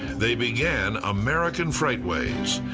they began american freightways,